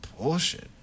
bullshit